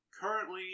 Currently